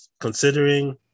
considering